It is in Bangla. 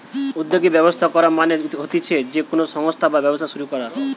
উদ্যোগী ব্যবস্থা করা মানে হতিছে যে কোনো সংস্থা বা ব্যবসা শুরু করা